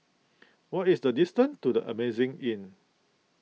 what is the distance to the Amazing Inn